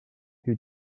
who